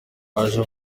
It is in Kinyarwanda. haje